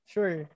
Sure